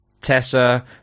Tessa